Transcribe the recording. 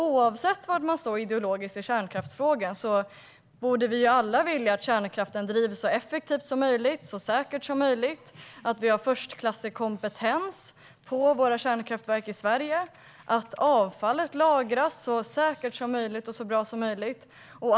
Oavsett var man står ideologiskt i kärnkraftsfrågan borde vi väl alla vilja att kärnkraften drivs så effektivt och säkert som möjligt, att vi har förstklassig kompetens på våra kärnkraftverk i Sverige och att avfallet lagras så säkert och bra som möjligt.